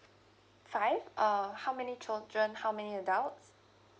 five err how many children how many adults